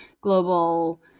global